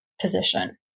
position